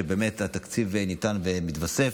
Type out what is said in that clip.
שבאמת התקציב ניתן ומתווסף.